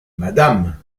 madame